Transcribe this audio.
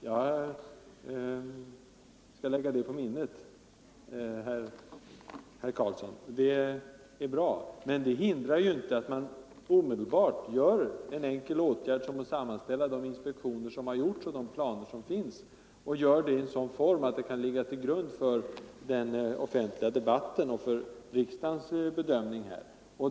Jag skall lägga det på minnet, herr Karlsson, men det hindrar inte att man omedelbart vidtar en så enkel åtgärd som att sammanställa material från de inspektioner som gjorts och de planer som finns — och gör det i en sådan form att det kan ligga till grund för den offentliga debatten och för riksdagens bedömning.